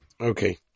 Okay